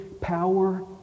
power